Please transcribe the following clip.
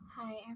Hi